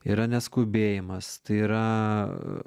yra neskubėjimas tai yra